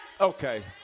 okay